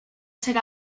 ser